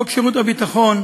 חוק שירות הביטחון,